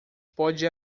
pode